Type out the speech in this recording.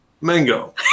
Mango